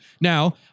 Now